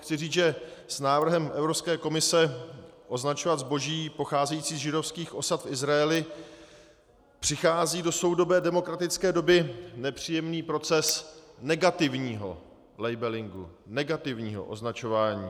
Chci říct, že s návrhem Evropské komise označovat zboží pocházející z židovských osad v Izraeli přichází do soudobé demokratické doby nepříjemný proces negativního labelingu, negativního označování.